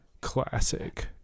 classic